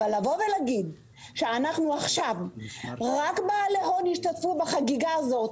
אבל להגיד שמעכשיו רק בעלי הון ישתתפו בחגיגה הזאת